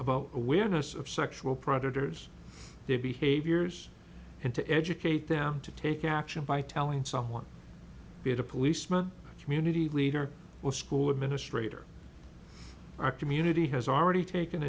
about awareness of sexual predators their behaviors and to educate them to take action by telling someone be it a policeman community leader will school administrator our community has already taken